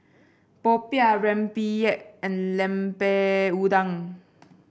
popiah rempeyek and Lemper Udang